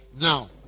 Now